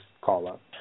call-up